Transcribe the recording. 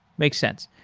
makes sense.